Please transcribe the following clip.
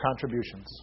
contributions